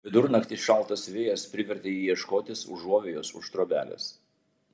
vidurnaktį šaltas vėjas privertė jį ieškotis užuovėjos už trobelės